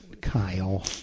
Kyle